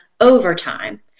overtime